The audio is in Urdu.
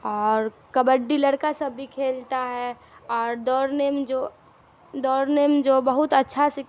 اور کبڈی لڑکا سب بھی کھیلتا ہے اور دوڑنے میں جو دوڑنے میں جو بہت اچھا سے